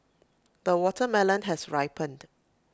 the watermelon has ripened